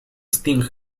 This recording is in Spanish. sting